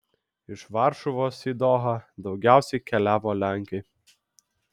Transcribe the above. iš varšuvos į dohą daugiausiai keliavo lenkai